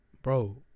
Bro